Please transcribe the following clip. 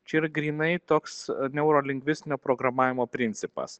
čia yra grynai toks neurolingvistinio programavimo principas